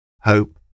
hope